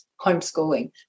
homeschooling